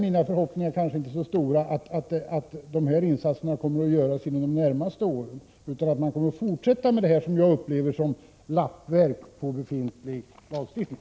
Mina förhoppningar är dock inte så stora att insatserna kommer att göras inom de närmaste åren, utan jag är rädd att man kommer att fortsätta med vad jag upplever som ett lappverk på befintlig lagstiftning.